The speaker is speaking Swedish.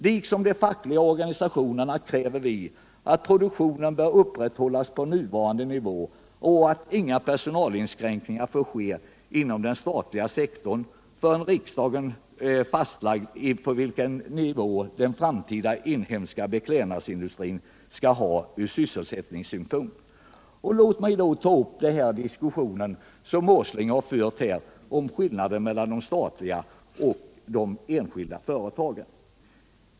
Liksom de fackliga organisationerna kräver vi att produktionen upprätthålls på nuvarande nivå och att inga personalinskränkningar får ske inom den statliga sektorn förrän riksdagen fastlagt vilken nivå den framtida inhemska beklädnadsindustrin skall ha ur sysselsättningsoch beredskapssynpunkt. Låt mig i detta sammanhang ta upp det som Nils Åsling här har sagt om skillnaden mellan de statliga och de enskilda företagen.